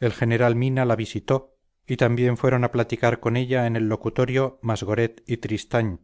el general mina la visitó y también fueron a platicar con ella en el locutorio masgoret y tristany